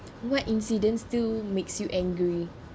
what incidents still makes you angry